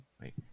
Wait